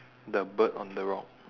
the bird on the rock